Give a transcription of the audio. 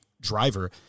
driver